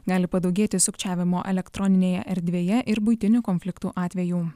gali padaugėti sukčiavimo elektroninėje erdvėje ir buitinių konfliktų atvejų